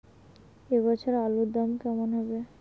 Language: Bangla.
এ বছর আলুর দাম কেমন হবে?